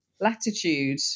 latitude